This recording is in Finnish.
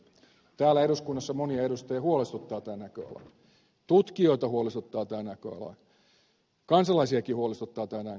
täällä eduskunnassa monia edustajia huolestuttaa tämä näköala tutkijoita huolestuttaa tämä näköala kansalaisiakin huolestuttaa tämä näköala